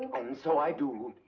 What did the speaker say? and so i do.